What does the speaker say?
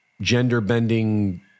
gender-bending